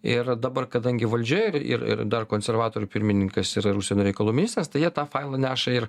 ir dabar kadangi valdžioje ir ir ir dar konservatorių pirmininkas ir užsienio reikalų ministras tai jie tą failą neša ir